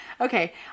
okay